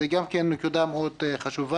זאת גם נקודה מאוד חשובה.